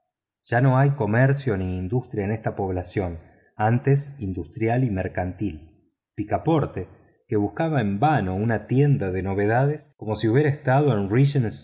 ya no hay comercio ni industria en esta población antes industrial y mercantil picaporte que buscaba en vano una tienda de novedades como si hubiera estado en